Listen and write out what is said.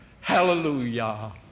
hallelujah